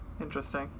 interesting